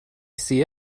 see